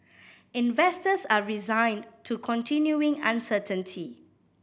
investors are resigned to continuing uncertainty